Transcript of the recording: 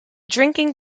drinking